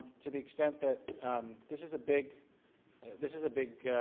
to the extent that this is a big this is a big